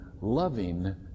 loving